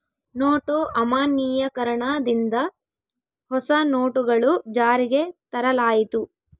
note ಅಮಾನ್ಯೀಕರಣ ದಿಂದ ಹೊಸ ನೋಟುಗಳು ಜಾರಿಗೆ ತರಲಾಯಿತು